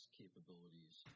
capabilities